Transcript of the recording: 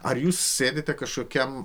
ar jūs sėdite kažkokiam